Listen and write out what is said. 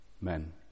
men